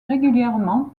régulièrement